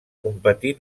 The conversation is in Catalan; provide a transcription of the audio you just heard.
competir